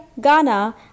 Ghana